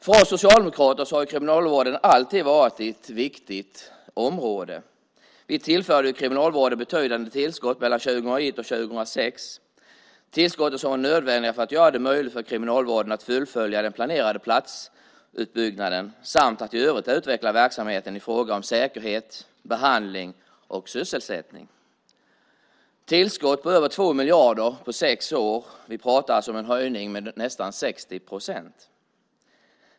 För oss socialdemokrater har kriminalvården alltid varit ett viktigt område. Vi tillförde Kriminalvården betydande tillskott mellan 2001 och 2006, tillskott som var nödvändiga för att göra det möjligt för Kriminalvården att fullfölja den planerade platsutbyggnaden samt att i övrigt utveckla verksamheten i fråga om säkerhet, behandling och sysselsättning. Det var tillskott på över 2 miljarder på sex år - vi pratar alltså om en höjning med nästan 60 procent.